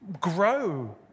grow